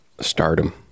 stardom